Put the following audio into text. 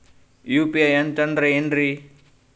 UPI ಅಂತಂದ್ರೆ ಏನ್ರೀ?